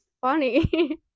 funny